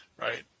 Right